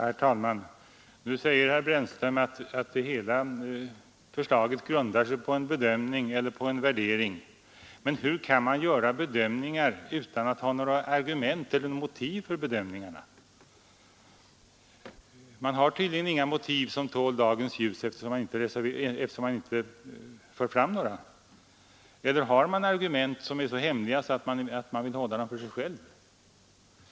Herr talman! Nu säger herr Brännström att hela förslaget grundar sig på en bedömning eller värdering. Men hur kan man göra bedömningar utan att ha några argument eller motiv för dessa? Man har tydligen inga motiv som tål dagens ljus eftersom man inte för fram några. Eller har man argument som är så hemliga att man vill behålla dem för sig själv?